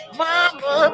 mama